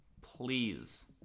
Please